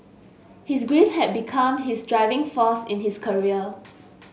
his grief had become his driving force in his career